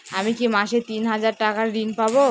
আমি কি মাসে তিন হাজার টাকার ঋণ পাবো?